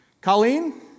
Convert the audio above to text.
Colleen